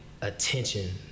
attention